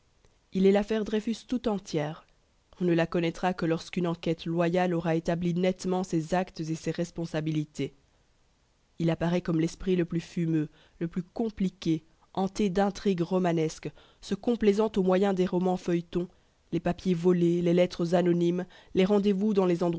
il est l'affaire dreyfus tout entière on ne la connaîtra que lorsqu'une enquête loyale aura établi nettement ses actes et ses responsabilités il apparaît comme l'esprit le plus fumeux le plus compliqué hanté d'intrigues romanesques se complaisant aux moyens des romans feuilletons les papiers volés les lettres anonymes les rendez-vous dans les